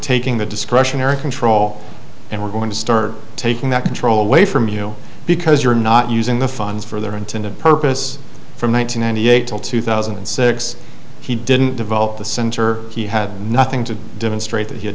taking the discretionary control and we're going to start taking that control away from you because you're not using the funds for their intended purpose from one thousand nine hundred eight till two thousand and six he didn't develop the center he had nothing to demonstrate that he had